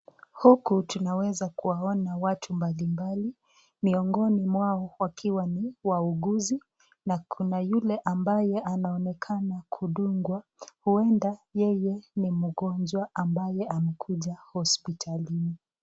Huku tunaweza kuwaona watu mbalimbali, miongoni mwao wakiwa ni wauguzi na kuna yule ambaye anaonekana kudungwa ueda yeye ni mgonjwa ambaye amekuja hospitalini.